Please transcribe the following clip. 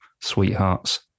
sweethearts